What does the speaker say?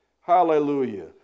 Hallelujah